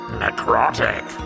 necrotic